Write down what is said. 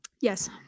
Yes